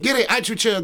gerai ačiū čia